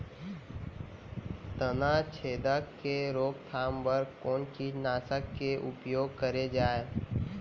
तनाछेदक के रोकथाम बर कोन कीटनाशक के उपयोग करे जाये?